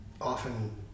often